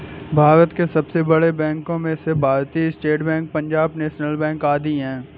भारत के सबसे बड़े बैंको में से भारतीत state bank, Punjab national bank आदि है